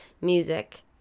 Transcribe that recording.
music